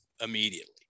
immediately